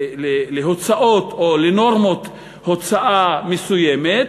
להוצאות, או לנורמות הוצאה מסוימת,